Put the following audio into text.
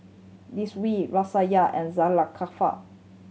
Raisya and